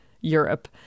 Europe